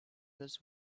this